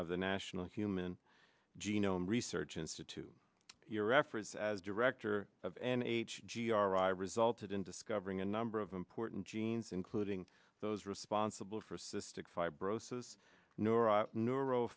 of the national human genome research institute your efforts as director of an h g r r resulted in discovering a number of important genes including those responsible for cystic fibrosis neuro